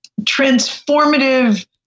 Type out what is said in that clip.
transformative